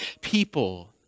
people